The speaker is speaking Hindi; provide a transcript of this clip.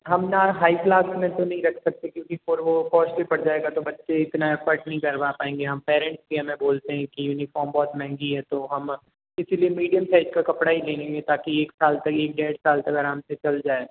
हम ना हाई कलास में तो नहीं रख सकते क्योंकि फिर वो कॉस्टली पड़ जाएगा तो बच्चे इतना एफ़्फोर्ड नहीं करवा पाएंगे फिर पेरेंट्स भी हमें बोलते हैं कि यूनिफॉर्म बहुत महँगी है तो हम इसीलिए मीडियम साइज का कपड़ा ही ले लेंगे ताकि एक साल तक एक डेढ़ साल तक आराम से चल जाए